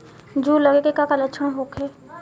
जूं लगे के का लक्षण का होखे?